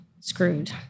screwed